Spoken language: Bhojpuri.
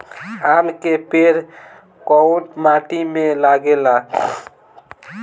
आम के पेड़ कोउन माटी में लागे ला?